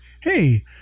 hey